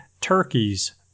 Turkeys